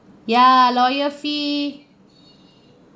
ya lawyer fee